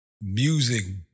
music